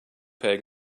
peg